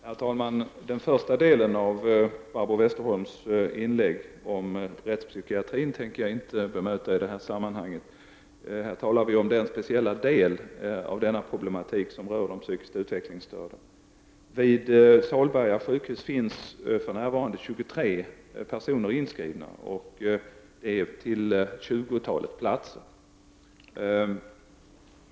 Herr talman! Den första delen av Barbro Westerholms inlägg om rättspsykiatrin tänker jag inte bemöta i det här sammanhanget. Här talar vi om den speciella del av denna problematik som rör de psykiskt utvecklingsstörda. Vid Salberga sjukhus finns för närvarande 23 personer inskrivna, och det finns ett tjugotal platser.